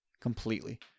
completely